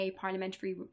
parliamentary